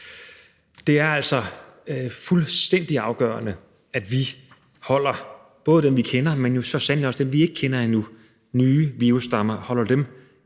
Det er altså fuldstændig afgørende, at vi holder både dem, vi kender, men så sandelig også dem, vi ikke kender endnu, nye virusstammer, så meget